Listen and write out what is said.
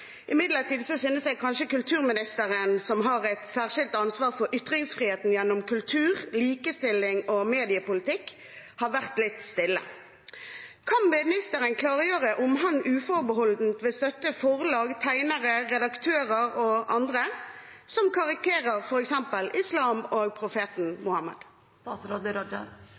Imidlertid synes jeg kanskje kulturministeren, som har et særskilt ansvar for ytringsfriheten gjennom kultur, likestilling og mediepolitikk, har vært litt stille. Kan statsråden klargjøre om han uforbeholdent vil støtte forlag, tegnere, redaktører og andre som karikerer f.eks. islam og profeten Mohammed?